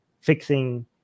fixing